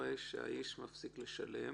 כשאדם מפסיק לשלם,